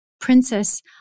Princess